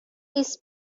his